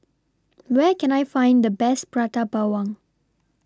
Where Can I Find The Best Prata Bawang